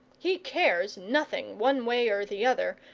he cares nothing, one way or the other,